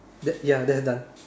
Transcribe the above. mm ya that is done